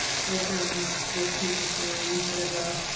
talk and walk people through whatever